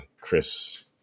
Chris